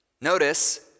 Notice